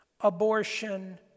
abortion